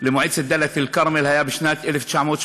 למועצת דאלית-אלכרמל הייתה בשנת 1989,